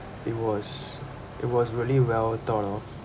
it was it was really well thought of